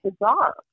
bizarre